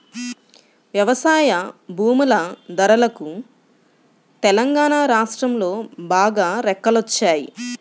వ్యవసాయ భూముల ధరలకు తెలంగాణా రాష్ట్రంలో బాగా రెక్కలొచ్చాయి